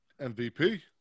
MVP